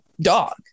dog